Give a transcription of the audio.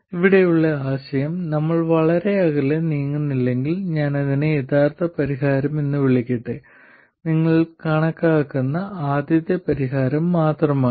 അതിനാൽ ഇവിടെയുള്ള ആശയം നമ്മൾ വളരെ അകലെ നീങ്ങുന്നില്ലെങ്കിൽ ഞാൻ ഇതിനെ യഥാർത്ഥ പരിഹാരം എന്ന് വിളിക്കട്ടെ ഇത് നിങ്ങൾ കണക്കാക്കുന്ന ആദ്യത്തെ പരിഹാരം മാത്രമാണ്